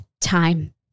Time